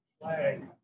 flag